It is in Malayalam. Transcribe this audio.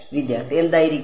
വിദ്യാർത്ഥി എന്തായിരിക്കും